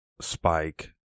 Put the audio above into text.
Spike